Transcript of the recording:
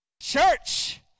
church